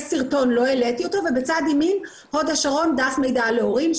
יש סרטון, הוד השרון, דף מידע להורים.